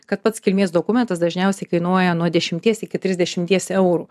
kad pats kilmės dokumentas dažniausiai kainuoja nuo dešimties iki trisdešimties eurų